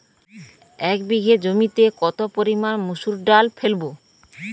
এক বিঘে জমিতে কত পরিমান মুসুর ডাল ফেলবো?